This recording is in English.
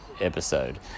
episode